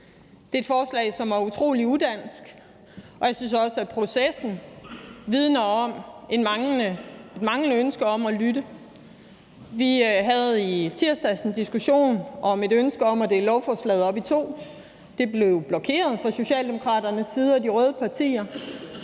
Det er et forslag, som er utrolig udansk, og jeg synes også, at processen vidner om et manglende ønske om at lytte. Vi havde i tirsdags en diskussion om et ønske om at dele lovforslaget op i to, men det blev blokeret fra Socialdemokraterne og de røde partiers